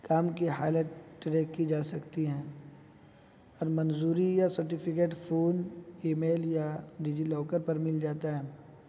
کام کی highlight track کی جا سکتی ہیں اور منظوری یا سرٹیفکیٹ فون ای میل یا ڈیجی لاکر پر مل جاتا ہیں